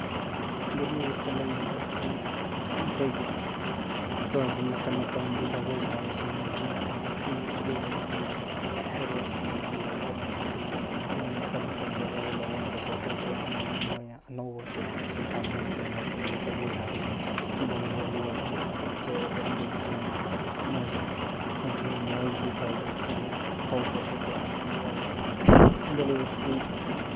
ꯕꯣꯂꯤꯋꯨꯠꯇ ꯂꯩꯔꯤꯕ ꯑꯩꯈꯣꯏꯒꯤ ꯇꯧꯔꯤꯁꯤ ꯃꯇꯝ ꯃꯇꯝꯒꯤ ꯖꯒꯣꯏ ꯁꯥꯕꯤꯁꯤꯡꯅ ꯃꯣꯏꯒꯤ ꯕꯣꯂꯤꯋꯨꯠꯀꯤ ꯖꯒꯣꯏꯁꯤꯡꯗꯨ ꯌꯦꯡꯗꯅ ꯍꯥꯏꯕꯗꯤ ꯃꯣꯏꯒꯤ ꯃꯇꯝ ꯃꯇꯝꯒꯤ ꯑꯑꯣꯟ ꯑꯑꯣꯟꯕꯁꯦ ꯑꯩꯈꯣꯏ ꯀꯌꯥ ꯑꯃ ꯃꯣꯏꯅ ꯑꯅꯧꯕ ꯀꯌꯥ ꯑꯃꯁꯨ ꯇꯝꯃꯦ ꯑꯗꯨ ꯅꯠꯇ꯭ꯔꯒ ꯖꯒꯣꯏ ꯁꯥꯕꯤꯁꯤꯡ ꯑꯗꯒꯤ ꯕꯣꯂꯤꯋꯨꯠꯀꯤ ꯑꯦꯛꯇꯔ ꯑꯦꯛꯇ꯭ꯔꯁꯤꯡ ꯃꯣꯏꯁꯦ ꯍꯥꯏꯕꯗꯤ ꯃꯣꯏꯒꯤ ꯇꯧꯔꯤꯗꯨ ꯇꯧꯕꯁꯨ ꯀꯌꯥꯃꯔꯨꯝ ꯌꯥꯎꯋꯤ ꯕꯣꯂꯤꯋꯨꯠꯇꯤ